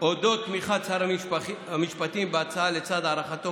על אודות תמיכת שר המשפטים בהצעה לצד הערכתו